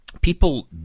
People